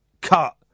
cut